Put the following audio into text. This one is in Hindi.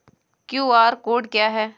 क्यू.आर कोड क्या है?